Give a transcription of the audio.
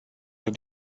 that